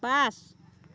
পাঁচ